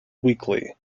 weekly